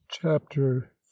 Chapter